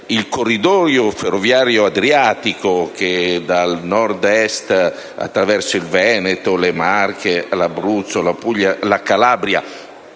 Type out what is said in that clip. il corridoio ferroviario adriatico che dal Nord-Est attraversa il Veneto, le Marche, l'Abruzzo, la Puglia e la Calabria